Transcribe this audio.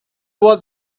was